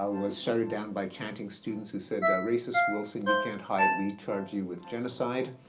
ah was shouted down by chanting students who said, racist wilson, you can't hide. we charge you with genocide.